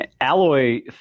Alloy